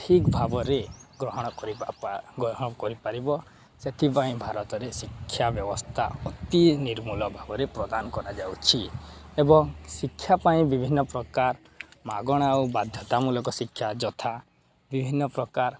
ଠିକ୍ ଭାବରେ ଗ୍ରହଣ କରି ଗ୍ରହଣ କରିପାରିବ ସେଥିପାଇଁ ଭାରତରେ ଶିକ୍ଷା ବ୍ୟବସ୍ଥା ଅତି ନିର୍ମୂଳ ଭାବରେ ପ୍ରଦାନ କରାଯାଉଛି ଏବଂ ଶିକ୍ଷା ପାଇଁ ବିଭିନ୍ନ ପ୍ରକାର ମାଗଣା ଆଉ ବାଧ୍ୟତାମୂଲକ ଶିକ୍ଷା ଯଥା ବିଭିନ୍ନ ପ୍ରକାର